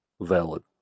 Valid